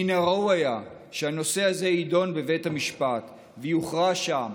מן הראוי היה שהנושא הזה יידון בבית המשפט ויוכרע שם